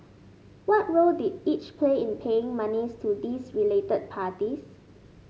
what role did each play in paying monies to these related parties